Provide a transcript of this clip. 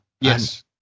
Yes